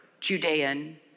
Judean